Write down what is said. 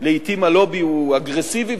ולעתים הלובי הוא אגרסיבי,